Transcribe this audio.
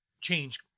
change